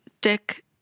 dick